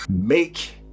Make